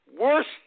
worst